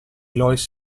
lois